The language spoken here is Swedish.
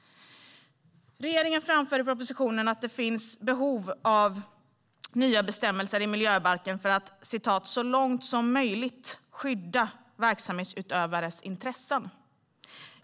Regeringen framför i propositionen att det finns behov av nya bestämmelser i miljöbalken för att "så långt som möjligt skydda verksamhetsutövares intressen".